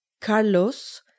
Carlos